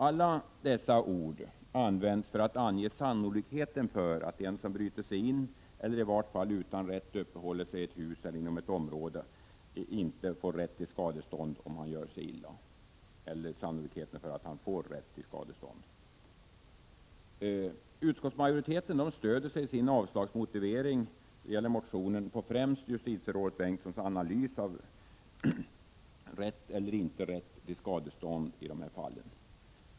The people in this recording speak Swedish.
Alla dessa ord används för att ange sannolikheten för att en som bryter sigin eller i vart fall utan rätt uppehåller sig i ett hus eller inom ett område får rätt till skadestånd om han gör sig illa. Utskottsmajoriteten stöder sig i sin avslagsmotivering på främst justitierådet Bengtssons analys av rätt eller inte rätt till skadestånd i dessa fall.